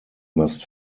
must